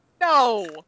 No